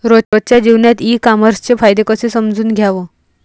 रोजच्या जीवनात ई कामर्सचे फायदे कसे समजून घ्याव?